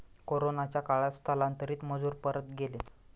कोरोनाच्या काळात स्थलांतरित मजूर परत गेले